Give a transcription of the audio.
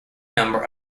number